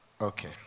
Okay